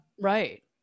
Right